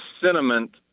sentiment